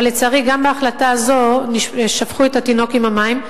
אבל לצערי גם בהחלטה זו שפכו את התינוק עם המים,